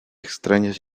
extrañas